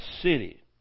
city